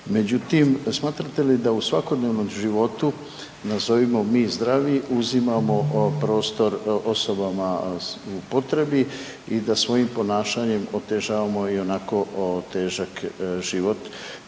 međutim smatrate li da u svakodnevnom životu nazovimo mi zdravi uzimamo prostor osobama u potrebi i da svojim ponašanjem otežavamo i onako težak život.